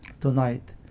tonight